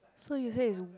so you say is